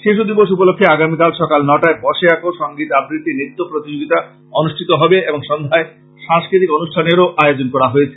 শিশু দিবস উপলক্ষ্যে আগামীকাল সকাল নটায় বসে আঁকো সঙ্গীত আবৃত্তি নৃত্য প্রতিযোগীতা অনুষ্ঠিত হবে এবং সন্ধ্যায় সাংস্কৃতিক অনুষ্ঠানেরও আয়োজন করা হয়েছে